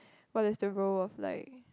what is the role of like